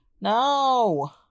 No